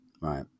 Right